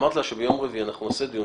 ואמרתי לה שביום רביעי אנחנו נעשה דיון,